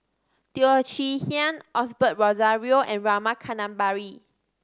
Teo Chee Hean Osbert Rozario and Rama Kannabiran